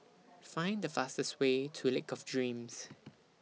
Find The fastest Way to Lake of Dreams